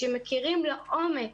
שמכירים לעומק